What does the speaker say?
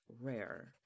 rare